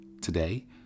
Today